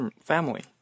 family